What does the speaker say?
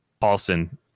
Paulson